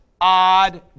odd